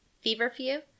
Feverfew